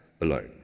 alone